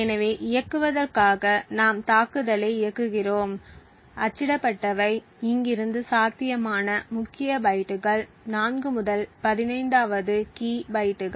எனவே இயங்குவதற்காக நாம் தாக்குதலை இயக்குகிறோம் அச்சிடப்பட்டவை இங்கிருந்து சாத்தியமான முக்கிய பைட்டுகள் 4 முதல் 15 வது கீ பைட்டுகள்